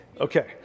Okay